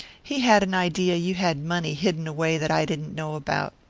he had an idea you had money hidden away that i didn't know about.